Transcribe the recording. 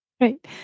right